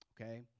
Okay